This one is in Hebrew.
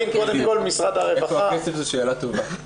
איפה הכסף זו שאלה טובה.